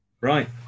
Right